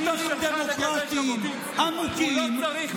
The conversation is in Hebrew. יש משטרים דמוקרטיים עמוקים,